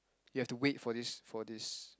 you have to wait for this for this